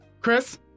Chris